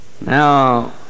now